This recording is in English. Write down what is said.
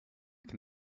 can